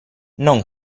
non